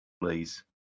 please